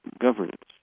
governance